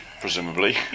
presumably